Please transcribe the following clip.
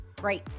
great